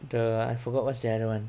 the I forgot what's the other one